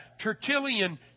Tertullian